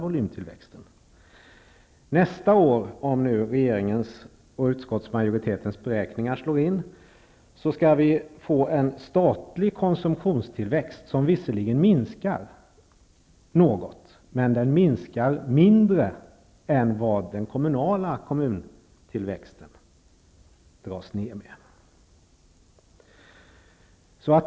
Nästa år skall vi, om regeringens och utskottsmajoritetens beräkningar slår in, få en statlig konsumtionstillväxt som visserligen minskar något, men mindre än vad den kommunala konsumtionstillväxten dras ner.